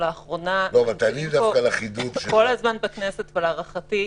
לאחרונה אנחנו כל הזמן בכנסת ולהערכתי,